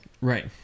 Right